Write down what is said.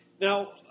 Now